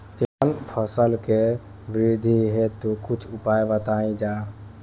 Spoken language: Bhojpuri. तिलहन फसल के वृद्धी हेतु कुछ उपाय बताई जाई?